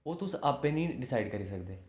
ओह् तुस आपै निं डिसाइड करी सकदे